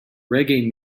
reggae